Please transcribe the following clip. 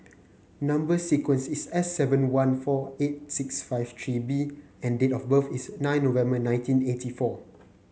number sequence is S seven one four eight six five three B and date of birth is nine November nineteen eighty four